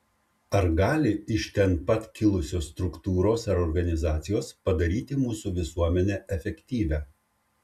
ar gali iš ten pat kilusios struktūros ar organizacijos padaryti mūsų visuomenę efektyvią